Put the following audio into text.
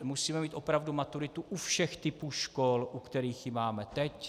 Musíme mít opravdu maturitu u všech typů škol, u kterých ji máme teď?